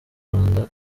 rwanda